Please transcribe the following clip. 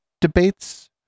debates